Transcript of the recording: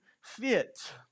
fit